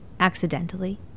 Accidentally